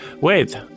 Wait